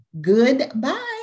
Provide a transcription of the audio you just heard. goodbye